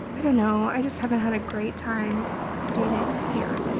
i don't know i just haven't had a great time dating here.